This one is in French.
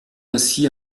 ainsi